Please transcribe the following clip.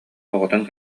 оҕотун